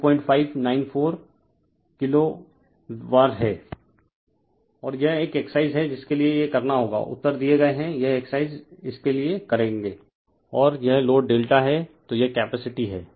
refer slide time 2030 और यह एक एक्सरसाइज है जिसके लिए यह करना होगा उत्तर दिए गए हैं यह एक्सरसाइज इसके लिए करेंगे और है यह लोड डेल्टा है तो यह कैपेसिटी है